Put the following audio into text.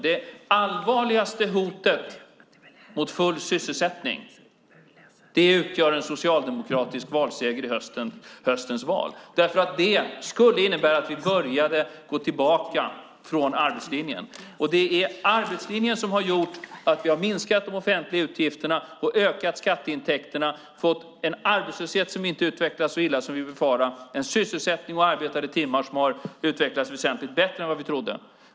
Det allvarligaste hotet mot full sysselsättning utgör en socialdemokratisk valseger i höstens val. Det skulle innebära att vi började gå tillbaka från arbetslinjen. Och det är arbetslinjen som har gjort att vi har minskat de offentliga utgifterna, ökat skatteintäkterna, fått en arbetslöshet som inte utvecklats så illa som vi befarade och en sysselsättning och arbetade timmar som har utvecklats väsentligt bättre än vad vi trodde.